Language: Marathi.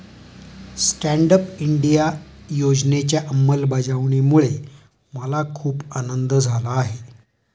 स्टँड अप इंडिया योजनेच्या अंमलबजावणीमुळे मला खूप आनंद झाला आहे